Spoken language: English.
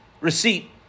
receipt